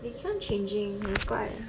they keep on changing 很怪啊